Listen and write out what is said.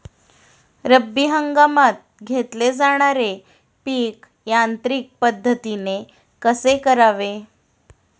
रब्बी हंगामात घेतले जाणारे पीक यांत्रिक पद्धतीने कसे करावे?